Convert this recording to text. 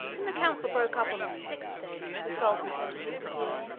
when the council broke up on the sixth day the sultan said to his vizier